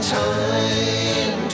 time